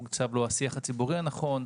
לא מוקצב לו השיח הציבורי הנכון,